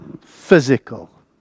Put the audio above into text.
physical